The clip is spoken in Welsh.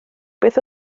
beth